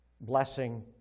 blessing